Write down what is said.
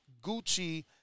Gucci